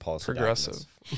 progressive